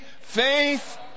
Faith